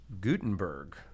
Gutenberg